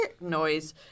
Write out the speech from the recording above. noise